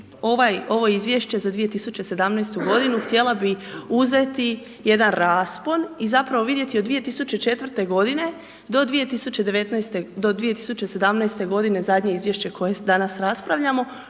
ovo izvješće za 2017. godinu htjela bi uzeti jedan raspon i zapravo vidjeti od 2004. do 2019. do 2017. godine zadnje izvješće koje danas raspravljamo